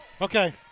okay